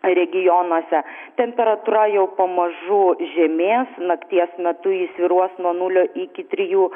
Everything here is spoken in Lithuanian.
regionuose temperatūra jau pamažu žemės nakties metu ji svyruos nuo nulio iki trijų